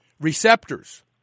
receptors